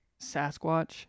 Sasquatch